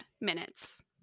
minutes